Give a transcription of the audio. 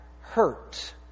hurt